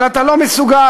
אבל אתה לא מסוגל.